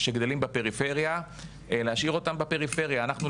שמי שגר בפריפריה מקבל את המלגה רק אם